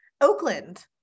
Oakland